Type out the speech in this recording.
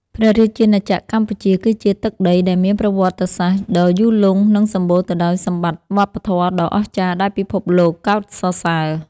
ព្រះរាជាណាចក្រកម្ពុជាគឺជាទឹកដីដែលមានប្រវត្តិសាស្ត្រដ៏យូរលង់ និងសម្បូរទៅដោយសម្បត្តិវប្បធម៌ដ៏អស្ចារ្យដែលពិភពលោកកោតសរសើរ។